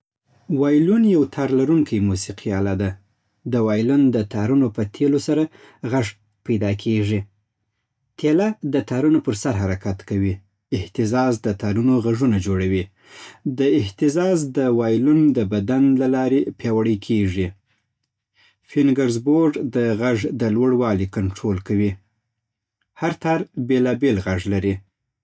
وایلون یو تار لرونکی موسیقي آله ده. د وایلون د تارونو په تېلو سره غږ پیدا کېږي. تېله د تارونو پر سر حرکت کوي. اهتزاز د تارونو غږونه جوړوي. دا اهتزاز د وایلون د بدن له لارې پیاوړی کېږي. فینګرزبورډ د غږ د لوړوالي کنټرول کوي. هر تار بېلا بېل غږ لري